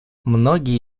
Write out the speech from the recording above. многие